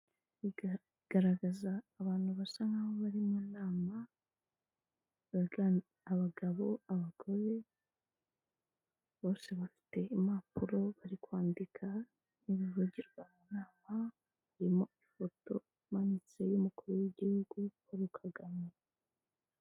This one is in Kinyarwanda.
Bigaragaza abantu basa nk'aho bari mu nama. Abagabo, abagore bose bafite impapuro, bari kwandika ibivugirwa mu nama. Harimo ifoto imanitse y'Umukuru w'Igihugu Paul Kagame.